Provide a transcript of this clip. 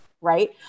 right